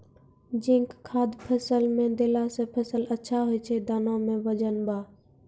zinc खाद फ़सल मे देला से फ़सल अच्छा होय छै दाना मे वजन ब